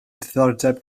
diddordeb